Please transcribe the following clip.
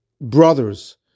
brothers